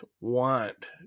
want